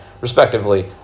respectively